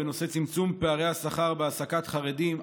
צמצום פערי השכר בהעסקת חרדים,